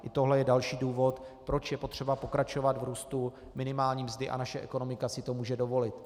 I tohle je další důvod, proč je potřeba pokračovat v růstu minimální mzdy, a naše ekonomika si to může dovolit.